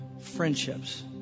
friendships